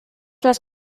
las